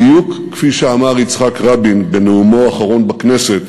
בדיוק כפי שאמר יצחק רבין בנאומו האחרון בכנסת